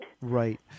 Right